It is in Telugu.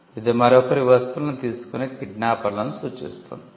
ఇది మరొకరి వస్తువులను తీసుకునే కిడ్నాపర్లను సూచిస్తుంది